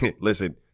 Listen